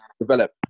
develop